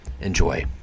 Enjoy